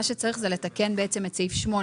מה שצריך לתקן זה את סעיף 8,